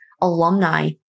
alumni